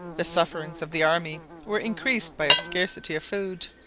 the sufferings of the army were increased by a scarcity of food.